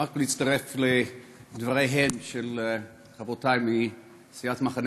רק להצטרף לדבריהן של חברותי מסיעת המחנה